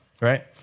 Right